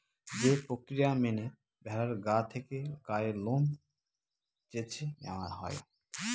যে প্রক্রিয়া মেনে ভেড়ার গা থেকে গায়ের লোম চেঁছে নেওয়া হয়